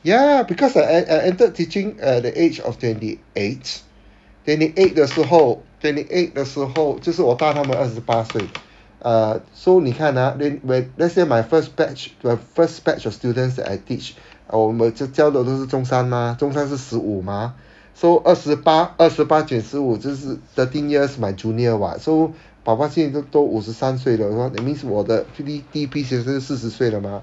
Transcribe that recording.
ya because I ent~ I entered teaching at the age of twenty eight twenty eight 的时候 twenty eight 的时候就是我大他们二十八岁 uh so 你看 ah when when let's say my first batch my first batch of students that I teach 我每次教的都是中三 mah 中三是十五 mah so 二十八二十八九十五就是 thirteen years my junior [what] so 爸爸现在都五十三岁了 so that means 我的第一批学生四十岁了 mah